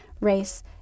race